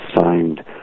signed